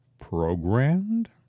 programmed